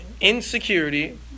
Insecurity